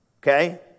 okay